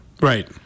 right